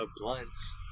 Blunts